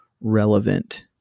relevant